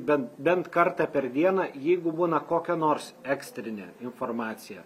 bent bent kartą per dieną jeigu būna kokia nors ekstrinė informacija